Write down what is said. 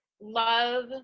love